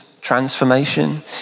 transformation